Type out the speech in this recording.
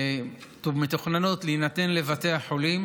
שמתוכננות להינתן לבתי החולים,